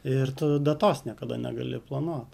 ir tu datos niekada negali planuot